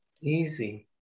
easy